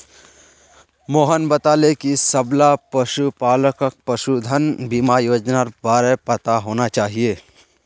मोहन बताले कि सबला पशुपालकक पशुधन बीमा योजनार बार पता होना चाहिए